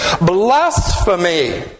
Blasphemy